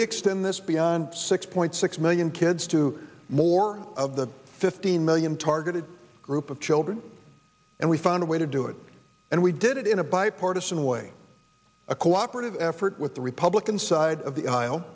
we extend this beyond six point six million kids to more of the fifteen million targeted group of children and we found a way to do it and we did it in a bipartisan way a cooperative effort with the republican side of the aisle